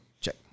check